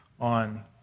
on